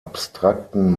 abstrakten